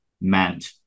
meant